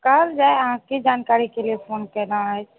कहल जाय अहाँ की जानकारी के लिए फोन केलहुँ अछि